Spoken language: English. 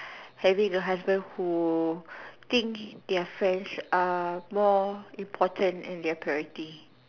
having a husband who think their friends are more important in their priority